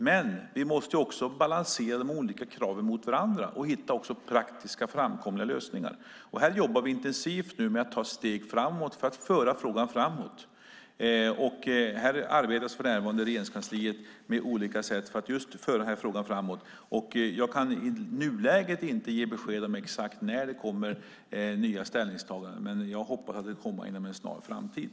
Men vi måste också balansera de olika kraven mot varandra och hitta praktiska och framkomliga lösningar. Det arbetas för närvarande i Regeringskansliet på olika sätt för att föra den här frågan framåt. Jag kan i nuläget inte ge exakt besked om när det kommer nya ställningstaganden, men jag hoppas att de ska komma inom en snar framtid.